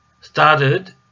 started